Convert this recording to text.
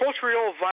Cultural